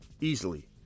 easily